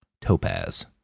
Topaz